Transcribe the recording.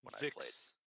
Vix